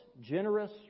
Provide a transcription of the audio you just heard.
generous